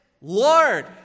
Lord